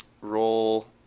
roll